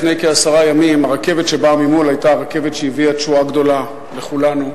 לפני כעשרה ימים הרכבת שבאה ממול היתה הרכבת שהביאה תשועה גדולה לכולנו,